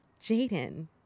Jaden